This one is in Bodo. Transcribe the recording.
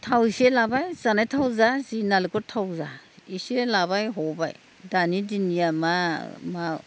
थाव इसे लाबाय जानाय थाव जा जि नारेंखल थाव जा एसे लाबाय हबाय दानि दिननिया मा मा